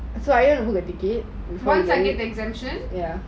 once I get the exemptions